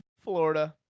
Florida